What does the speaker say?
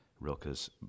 Rilke's